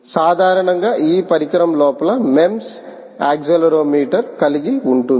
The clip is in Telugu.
సాధారణంగా ఈ పరికరం లోపల MEMS యాక్సిలెరోమీటర్ కలిగి ఉంటుంది